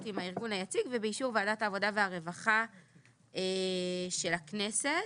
עם הארגון היציג ובאישור ועדת העבודה והרווחה של הכנסת.